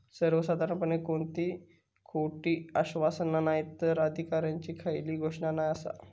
सर्वसाधारणपणे कोणती खोटी आश्वासना नायतर कर अधिकाऱ्यांची खयली घोषणा नाय आसा